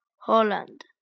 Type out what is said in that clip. Holland